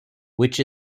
which